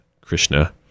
Krishna